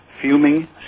fuming